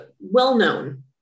well-known